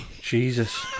Jesus